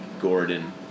Gordon